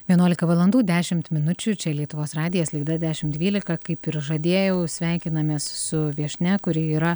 vienuolika valandų dešimt minučių čia lietuvos radijas laida dešim dvylika kaip ir žadėjau sveikinamės su viešnia kuri yra